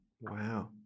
Wow